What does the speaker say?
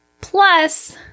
plus